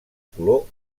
color